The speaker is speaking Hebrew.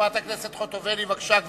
חברת הכנסת חוטובלי, גברתי,